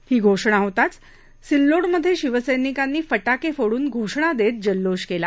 ही घोषणा होताच सिल्लोडमध्ये शिवसर्तिकांनी फटाके फोडून घोषणा देत जल्लोष केला